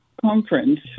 conference